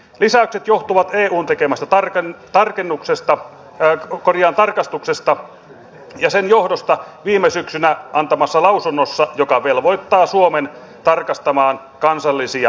lisäykset johtuvat eun tekemässä tarpeen tarkennuksesta ja koko tekemästä tarkastuksesta ja sen tämän johdosta viime syksynä antamasta lausunnosta joka velvoittaa suomen tarkastamaan kansallisia lakejaan